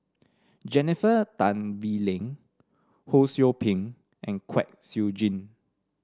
Jennifer Tan Bee Leng Ho Sou Ping and Kwek Siew Jin